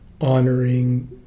Honoring